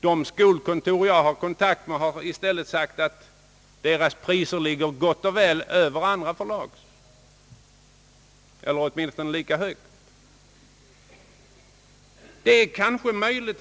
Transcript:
De skolkontor jag har kontakt med har i stället sagt att dess priser ligger gott och väl lika högt som eller till och med högre än andra förlags.